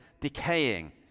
decaying